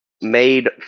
made